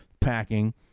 packing